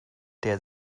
der